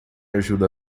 ajuda